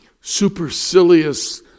supercilious